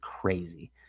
crazy